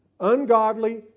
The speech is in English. ungodly